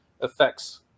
effects